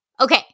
Okay